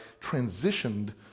transitioned